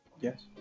Yes